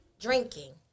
drinking